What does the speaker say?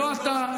לא אתה,